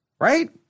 Right